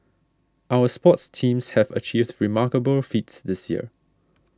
our sports teams have achieved remarkable feats this year